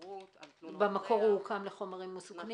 במקור הוקם לחומרים מסוכנים,